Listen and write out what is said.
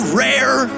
rare